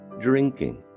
drinking